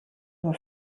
nur